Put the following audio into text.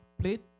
plate